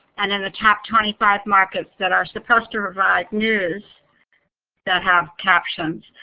and in the top twenty five markets that are supposed to provide news that has captions,